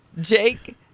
Jake